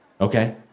Okay